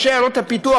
ראשי עיירות הפיתוח,